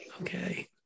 okay